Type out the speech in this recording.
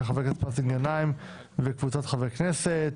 של חבר הכנסת מאזן גנאים וקבוצת חברי כנסת.